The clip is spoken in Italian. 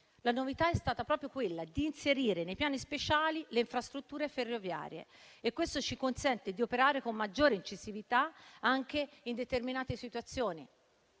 La novità è stata proprio quella di inserire nei piani speciali le infrastrutture ferroviarie e questo ci consente di operare con maggiore incisività anche in determinate situazioni.